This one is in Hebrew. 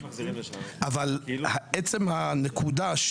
אבל עצם הנקודה,